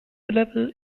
level